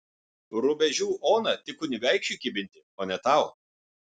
rubežių oną tik kunigaikščiui kibinti o ne tau